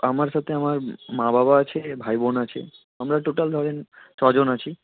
আমার সাথে আমার মা বাবা আছে ভাই বোন আছে আমরা টোটাল ধরেন ছ জন আছি